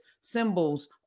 symbols